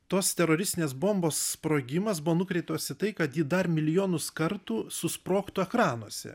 tos teroristinės bombos sprogimas buvo nukreiptos į tai kad ji dar milijonus kartų susprogtų ekranuose